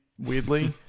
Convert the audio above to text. weirdly